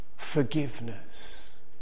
forgiveness